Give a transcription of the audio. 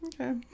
Okay